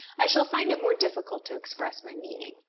i shall find it more difficult to express my meaning.